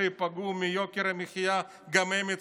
כי אלו שייפגעו מיוקר המחיה, גם הם יצטרפו.